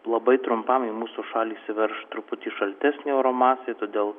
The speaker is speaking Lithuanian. labai trumpam į mūsų šalį įsiverš truputį šaltesnė oro masė todėl